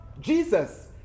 Jesus